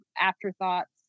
afterthoughts